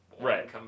Right